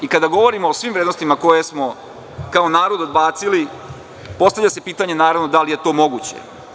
I kada govorimo o svim vrednostima koje smo kao narod odbacili, postavlja se pitanje da li je to moguće?